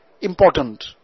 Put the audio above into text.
important